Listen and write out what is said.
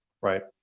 right